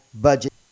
budget